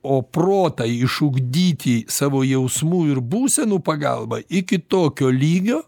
o protą išugdyti savo jausmų ir būsenų pagalba iki tokio lygio